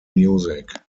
music